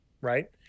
right